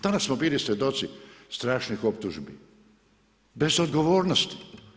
Danas smo bili svjedoci strašnih optužbi bez odgovornosti.